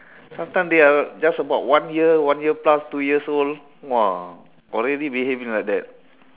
sometime they are just about one year one year plus two years old !wah! already behaving like that